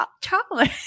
chocolate